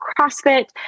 CrossFit